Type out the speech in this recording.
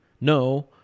no